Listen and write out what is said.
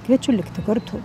kviečiu likti kartu